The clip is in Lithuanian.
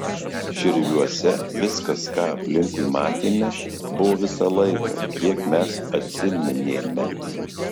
širviuose viskas ką aplinkui matėme buvo visą laiką kiek mes atsiminėme